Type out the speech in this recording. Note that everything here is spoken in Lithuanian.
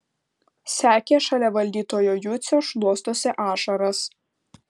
sekė šalia valdytojo jucio šluostosi ašaras